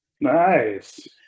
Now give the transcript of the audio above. Nice